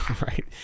Right